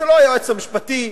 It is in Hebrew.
זה לא היועץ המשפטי.